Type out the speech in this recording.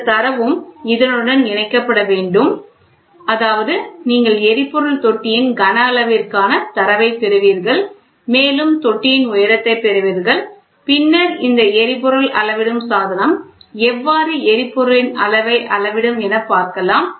இந்தத் தரவும் இதனுடன் இணைக்கப்பட வேண்டும் அதாவது நீங்கள் எரிபொருள் தொட்டியின் கன அளவிற்கான தரவைப் பெறுவீர்கள் மேலும் தொட்டியின் உயரத்தை பெறுவீர்கள் பின்னர் இந்த எரிபொருள் அளவிடும் சாதனம் எவ்வாறு எரி பொருளின் அளவை அளவிடும் என பார்க்கலாம்